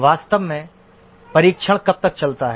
वास्तव में परीक्षण कब तक चलता है